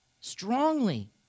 strongly